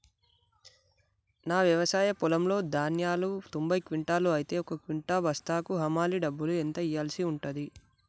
నా వ్యవసాయ పొలంలో ధాన్యాలు తొంభై క్వింటాలు అయితే ఒక క్వింటా బస్తాకు హమాలీ డబ్బులు ఎంత ఇయ్యాల్సి ఉంటది?